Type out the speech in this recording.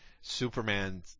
Superman